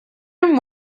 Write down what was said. and